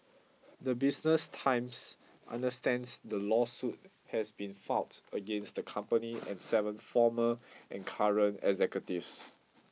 the Business Times understands the lawsuit has been filed against the company and seven former and current executives